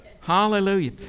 Hallelujah